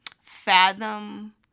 fathom